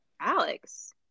Alex